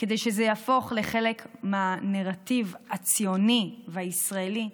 כדי שזה יהפוך לחלק מהנרטיב הציוני והישראלי,